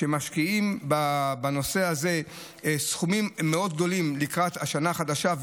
ומשקיעים בנושא הזה סכומים מאוד גדולים לקראת השנה החדשה,